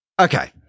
Okay